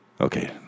Okay